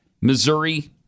Missouri